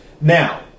Now